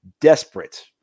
desperate